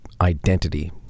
identity